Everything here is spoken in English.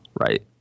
right